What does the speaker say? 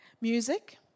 Music